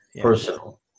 personal